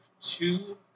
two